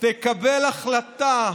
תקבל החלטה,